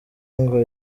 ngo